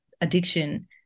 addiction